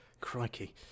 Crikey